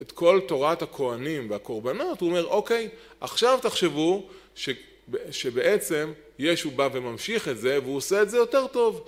את כל תורת הכהנים והקורבנות, הוא אומר, אוקיי, עכשיו תחשבו שבעצם ישו בא וממשיך את זה והוא עושה את זה יותר טוב